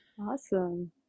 Awesome